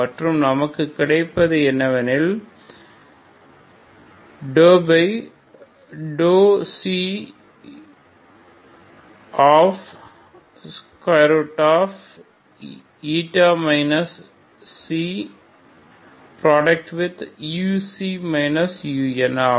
மற்றும் நமக்குக் கிடைப்பது என்னவெனில் u u 12 u u uξξ uξη ஆகும்